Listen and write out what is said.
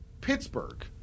Pittsburgh